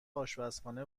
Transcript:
آشپزخانه